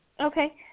Okay